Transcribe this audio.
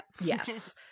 yes